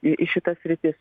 į į šitas sritis